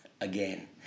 again